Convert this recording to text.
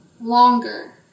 longer